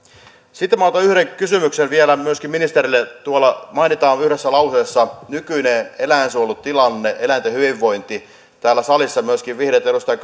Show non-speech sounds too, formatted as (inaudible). sitten otan yhden kysymyksen vielä ministerille tuolla mainitaan yhdessä lauseessa nykyinen eläinsuojelutilanne eläinten hyvinvointi ja täällä salissa myöskin vihreitten edustaja (unintelligible)